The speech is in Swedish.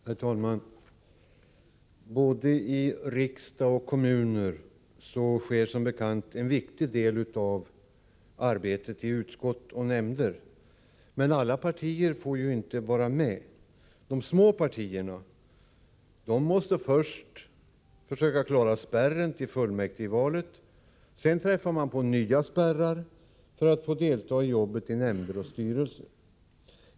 Herr talman! I både riksdag och kommuner sker som bekant en viktig del av arbetet i utskott och nämnder, men alla partier får inte vara med. De små partierna måste först försöka klara spärren till fullmäktigevalet. Sedan träffar de på nya spärrar för att få delta i jobbet i nämnder och styrelser.